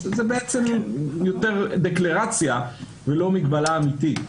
כך שזה בעצם יותר דקלרציה ולא מגבלה אמיתית.